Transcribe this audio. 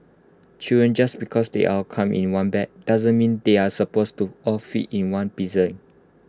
children just because they all come in one bag doesn't mean they are supposed to all fit in one piercing